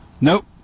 Nope